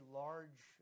large